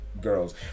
girls